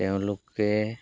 তেওঁলোকে